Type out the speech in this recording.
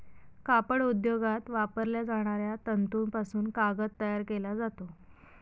कापड उद्योगात वापरल्या जाणाऱ्या तंतूपासून कागद तयार केला जातो